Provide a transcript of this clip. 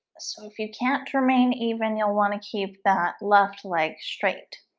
so if you can't remain even you'll want to keep that left leg straight